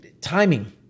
Timing